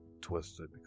twisted